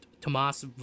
Tomas